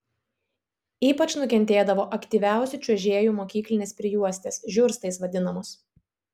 ypač nukentėdavo aktyviausių čiuožėjų mokyklinės prijuostės žiurstais vadinamos